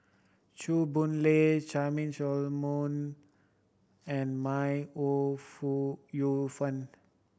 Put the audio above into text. Chew Boon Lay Charmaine Solomon and May Ooi Fu Yu Fen